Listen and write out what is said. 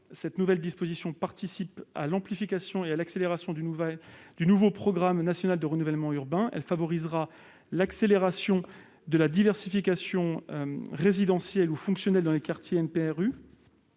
Cette nouvelle disposition participera à l'amplification et à l'accélération du nouveau programme national de renouvellement urbain. Elle favorisera l'accélération de la diversification résidentielle ou fonctionnelle dans les quartiers du